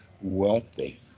wealthy